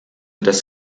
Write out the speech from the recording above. das